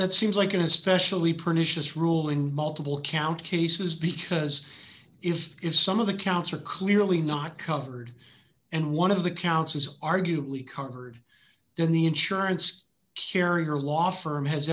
that seems like an especially pernicious ruling multiple count cases because if if some of the counts are clearly not covered and one of the counts is arguably conquered then the insurance carrier law firm has